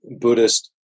Buddhist